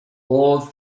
all